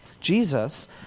Jesus